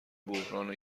بحران